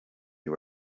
you